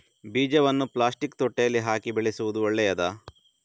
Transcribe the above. ಬೀಜವನ್ನು ಪ್ಲಾಸ್ಟಿಕ್ ತೊಟ್ಟೆಯಲ್ಲಿ ಹಾಕಿ ಬೆಳೆಸುವುದು ಒಳ್ಳೆಯದಾ?